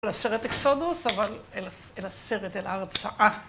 ‫אל הסרט אקסודוס, ‫אבל אל הסרט, אל ההרצאה.